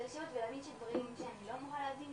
ולהבין דברים שאני לא אמורה להבין,